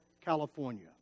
California